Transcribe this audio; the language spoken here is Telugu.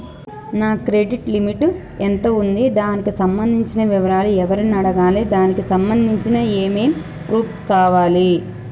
నా క్రెడిట్ లిమిట్ ఎంత ఉంది? దానికి సంబంధించిన వివరాలు ఎవరిని అడగాలి? దానికి సంబంధించిన ఏమేం ప్రూఫ్స్ కావాలి?